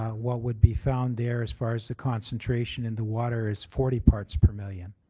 what would be found there as far as the concentration in the water is forty parts per million.